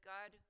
God